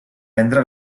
vendre